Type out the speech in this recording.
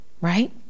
right